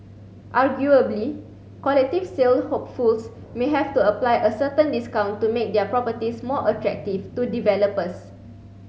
arguably collective sale hopefuls may have to apply a certain discount to make their properties more attractive to developers